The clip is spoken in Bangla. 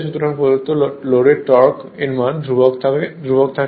সুতরাং প্রদত্ত লোডের টর্ক এর মান ধ্রুবক থাকে